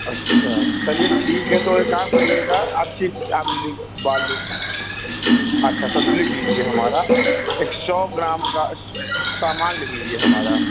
अच्छा चलिए ठीक है तो एक काम करिएगा अच्छी आप लिग बालू अच्छा तब तक लिख लीजिए हमारा एक सौ ग्राम का सामान लिख लीजिए हमारा